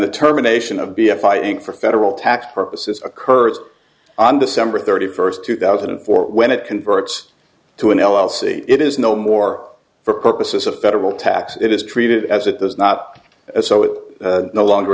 the terminations of b s fighting for federal tax purposes occurs on december thirty first two thousand and four when it converts to an l l c it is no more for purposes of federal tax it is treated as it is not as so it no longer